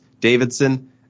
Davidson